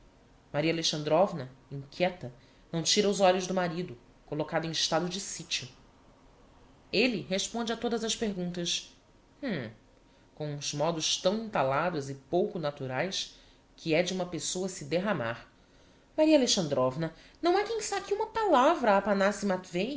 matveich maria alexandrovna inquieta não tira os olhos do marido collocado em estado de sitio elle responde a todas as perguntas hum com uns modos tão entalados e pouco naturaes que é de uma pessoa se derramar maria alexandrovna não ha quem saque uma palavra